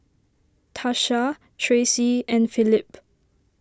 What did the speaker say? Tasha Tracie and Philip